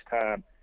time